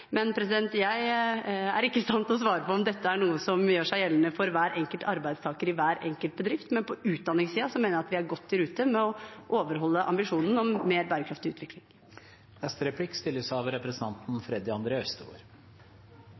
Jeg er ikke i stand til å svare på om dette er noe som gjør seg gjeldende for hver enkelt arbeidstaker i hver enkelt bedrift, men på utdanningssiden mener jeg vi er godt i rute med å overholde ambisjonen om mer bærekraftig